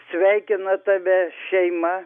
sveikina tave šeima